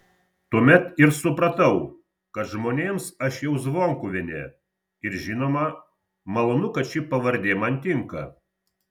tuomet ir supratau kad žmonėms aš jau zvonkuvienė ir žinoma malonu kad ši pavardė man tinka